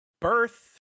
Birth